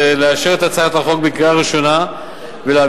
לאשר את הצעת החוק בקריאה ראשונה ולהעבירה